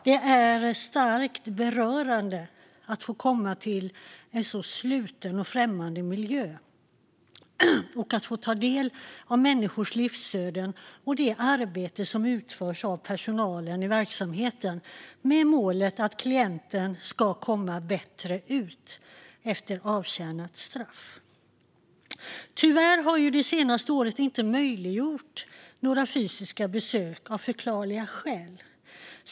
Det är starkt berörande att komma till en så sluten och främmande miljö och få ta del av människors livsöden och det arbete som utförs av personalen i verksamheten med målet att klienten ska komma bättre ut efter avtjänat straff. Tyvärr har fysiska besök inte varit möjliga det senaste året, av förklarliga skäl.